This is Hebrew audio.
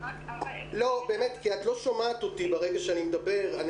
יש לך